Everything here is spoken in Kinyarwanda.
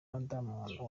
madamu